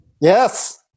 Yes